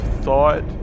thought